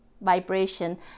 vibration